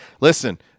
Listen